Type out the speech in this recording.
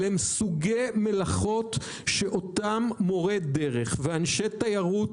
אלה סוגי מלאכות שאותם מורי דרך ואנשי תיירות,